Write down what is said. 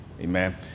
Amen